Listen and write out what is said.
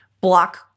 block